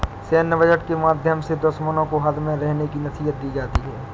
सैन्य बजट के माध्यम से दुश्मनों को हद में रहने की नसीहत दी जाती है